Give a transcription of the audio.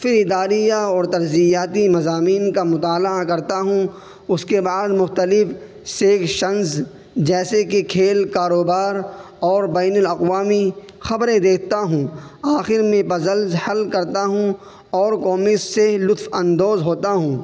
پھر اداریہ اور تجزیاتی مضامین کا مطالعہ کرتا ہوں اس کے بعد مختلف سیکشنس جیسے کہ کھیل کا کاروبار اور بین الاقوامی خبریں دیکھتا ہوں آخر میں پزل حل کرتا ہوں اور کومکس سے لطف اندوز ہوتا ہوں